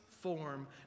form